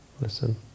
listen